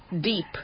deep